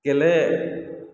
गेले